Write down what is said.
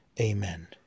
Amen